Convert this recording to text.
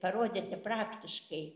parodyti praktiškai